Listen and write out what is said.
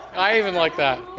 i even like that.